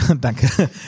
Danke